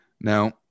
Now